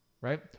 right